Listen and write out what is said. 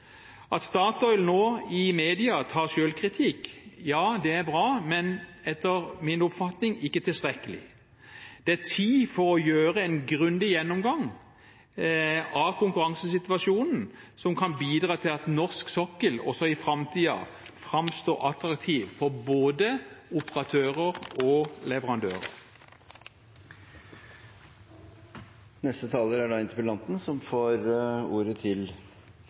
At Statoil nå i media tar selvkritikk, ja det er bra, men etter min oppfatning ikke tilstrekkelig. Det er tid for å gjøre en grundig gjennomgang av konkurransesituasjonen, som kan bidra til at norsk sokkel også i framtiden framstår attraktiv for både operatører og leverandører.